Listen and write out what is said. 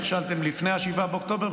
נכשלתם לפני 7 באוקטובר,